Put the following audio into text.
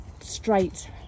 straight